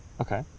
Okay